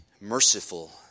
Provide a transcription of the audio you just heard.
merciful